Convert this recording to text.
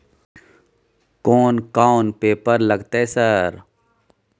कोन कौन पेपर लगतै सर?